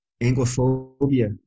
anglophobia